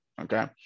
okay